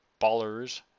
Ballers